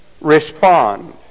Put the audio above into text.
respond